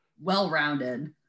well-rounded